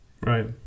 Right